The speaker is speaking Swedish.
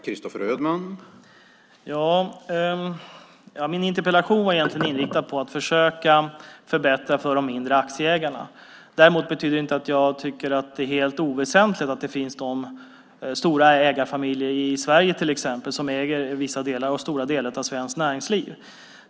Herr talman! Min interpellation var egentligen inriktad på att försöka förbättra för de mindre aktieägarna. Det betyder inte att jag tycker att det är helt oväsentligt att det finns några stora ägarfamiljer i Sverige som äger stora delar av svenskt näringsliv.